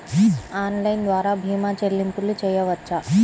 Online ద్వార భీమా చెల్లింపులు చేయవచ్చా?